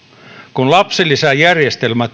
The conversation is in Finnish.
kun lapsilisäjärjestelmä